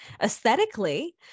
aesthetically